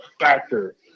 factor